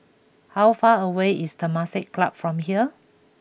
how far away is Temasek Club from here